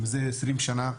מזה 20 שנים.